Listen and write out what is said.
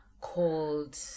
Called